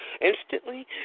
Instantly